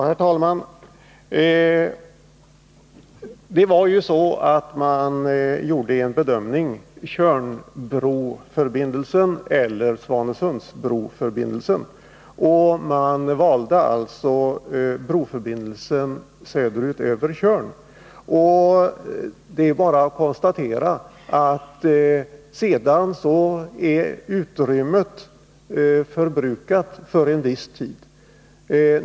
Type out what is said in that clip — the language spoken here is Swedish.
Herr talman! Det var ju så att man hade att bedöma om man skulle bygga Tjörnbroförbindelsen eller Svanesundsbroförbindelsen. Man valde alltså broförbindelsen söderut över Tjörn, och det är bara att konstatera att sedan är utrymmet förbrukat för en viss tid.